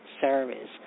service